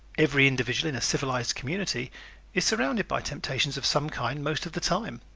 every individual in a civilized community is surrounded by temptations of some kind most of the time.